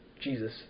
Jesus